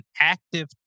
active